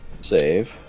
save